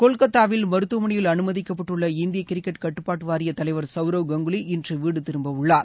கொல்கத்தாவில் மருத்துவமனையில் அனுமதிக்கப்பட்டுள்ள இந்திய கிரிக்கெட் கட்டுப்பாட்டு வாரியத்தின் தலைவர் சவுரவ் கங்குலி இன்று வீடு திரும்ப உள்ளார்